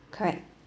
correct